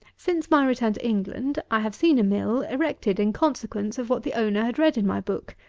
since my return to england i have seen a mill, erected in consequence of what the owner had read in my book.